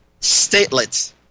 statelets